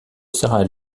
sarah